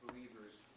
Believers